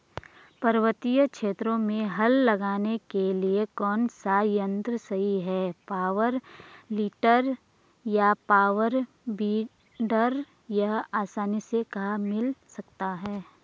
पर्वतीय क्षेत्रों में हल लगाने के लिए कौन सा यन्त्र सही है पावर टिलर या पावर वीडर यह आसानी से कहाँ मिल सकता है?